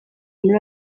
muri